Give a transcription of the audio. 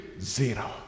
zero